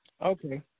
Okay